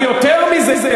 אני יותר ממאמין,